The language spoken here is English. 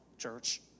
Church